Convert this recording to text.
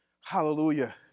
Hallelujah